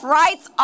rights